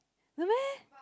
no meh